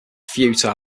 futile